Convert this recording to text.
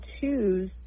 choose